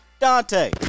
Dante